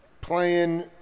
playing